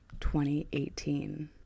2018